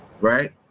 right